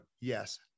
yes